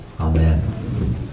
Amen